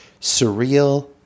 surreal